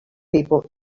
people